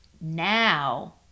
now